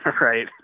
Right